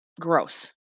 gross